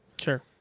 Sure